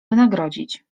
wynagrodzić